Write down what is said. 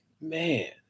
man